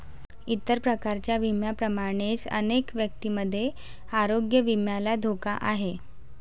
इतर प्रकारच्या विम्यांप्रमाणेच अनेक व्यक्तींमध्ये आरोग्य विम्याला धोका आहे